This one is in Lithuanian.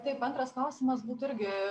taip antras klausimas būtų irgi